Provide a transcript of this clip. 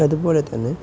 അതുപോലെ തന്നെ